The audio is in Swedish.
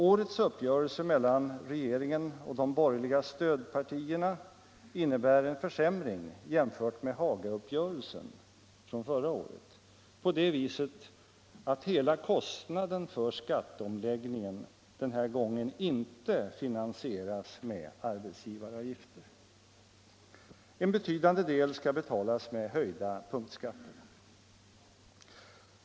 Årets uppgörelse mellan regeringen och de borgerliga stödpartierna innebär en försämring jämfört med Haga-uppgörelsen från förra året på det viset, att hela kostnaden för skatteomläggningen den här gången inte finansieras med arbetsgivaravgifter. En betydande del skall betalas med höjda punktskatter.